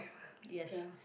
yes